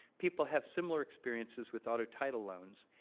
people have similar experiences with auto title loans,